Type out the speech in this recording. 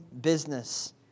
business